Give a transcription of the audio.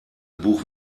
buch